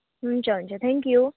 हुन्छ हुन्छ थ्याङ्क्यु